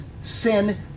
sin